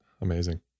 amazing